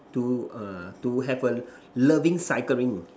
to err to have a loving cycling